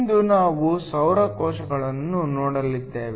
ಇಂದು ನಾವು ಸೌರ ಕೋಶಗಳನ್ನು ನೋಡಲಿದ್ದೇವೆ